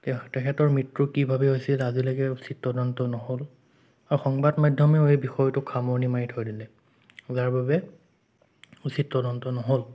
তেখ তেখেতৰ মৃত্যু কিদৰে হৈছিল আজিলৈকে উচিত তদন্ত নহ'ল আৰু সংবাদ মাধ্যমেও এই বিষয়টোক সামৰণি মাৰি থৈ দিলে যাৰ বাবে উচিত তদন্ত নহ'ল